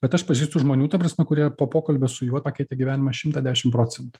bet aš pažįstu žmonių ta prasme kurie po pokalbio su juo pakeitė gyvenimą šimtą dešim procentų